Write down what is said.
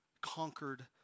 conquered